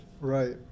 right